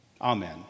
amen